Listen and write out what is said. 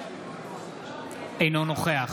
אינו נוכח